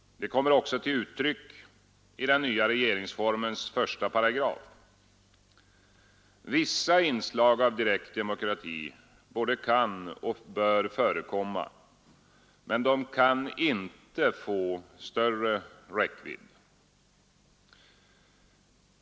Detta kommer också till uttryck i den nya regeringsformens första paragraf. Vissa inslag av direkt demokrati både kan och bör förekomma, men de kan inte få större räckvidd.